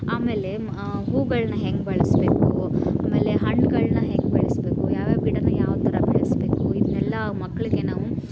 ಆಮೇಲೆ ಹೂಗಳನ್ನ ಹೇಗೆ ಬೆಳೆಸ್ಬೇಕು ಆಮೇಲೆ ಹಣ್ಣುಗಳ್ನ ಹೇಗ್ ಬೆಳೆಸ್ಬೇಕು ಯಾವ ಯಾವ ಗಿಡಾನ ಯಾವ ಯಾವ ಥರ ಬೆಳೆಸ್ಬೇಕು ಇದನ್ನೆಲ್ಲ ಆ ಮಕ್ಕಳಿಗೆ ನಾವು